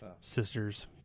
sisters